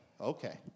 Okay